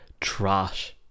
trash